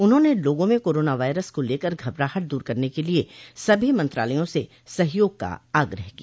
उन्होंने लोगों में कोरोना वायरस को लेकर घबराहट दूर करने के लिए सभी मंत्रालया से सहयोग का आग्रह किया